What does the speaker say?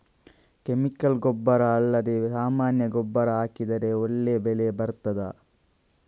Chemical ಗೊಬ್ಬರ ಅಲ್ಲದೆ ಸಾಮಾನ್ಯ ಗೊಬ್ಬರ ಹಾಕಿದರೆ ಒಳ್ಳೆ ಬೆಳೆ ಬರ್ತದಾ?